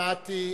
שמעתי אותך,